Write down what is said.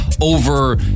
over